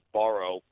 borrow